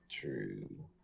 true